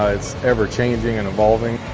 ah it's ever-changing and evolving.